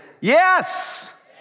yes